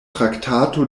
traktato